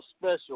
special